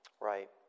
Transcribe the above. Right